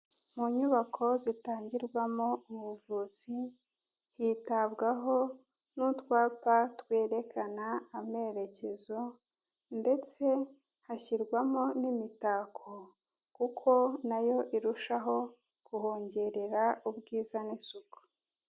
Mu nyubako zitangirwamo ubuvuzi byitabwaho n'utwapa twerekana amerekezo ndetse hashyirwamo n'imitako kuko nayo irushaho kuhongerera ubwiza n'isuku.